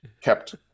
kept